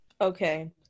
Okay